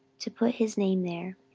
to put his name there.